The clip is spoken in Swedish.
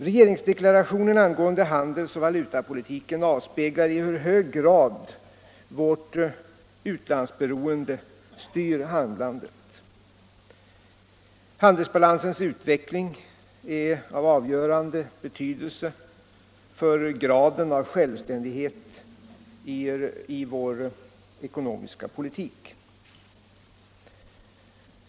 Regeringsdeklarationen angående handelsoch valutapolitiken avspeglar i hur hög grad vårt utlandsberoende styr handlandet. Handelsbalansens utveckling är avgörande för graden av självständighet i vår ekonomiska politik.